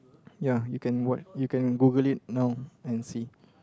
ya you can watch you can Google it now and see